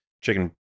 chicken